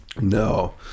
No